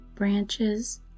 Branches